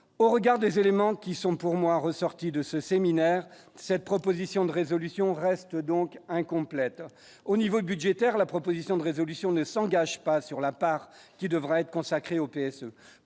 au regard des éléments qui sont pour moi, ressorti de ce séminaire, cette proposition de résolution reste donc incomplète au niveau budgétaire, la proposition de résolution ne s'engage pas sur la part qui devrait être consacrée au PS